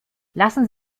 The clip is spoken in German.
lassen